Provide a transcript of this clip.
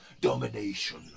domination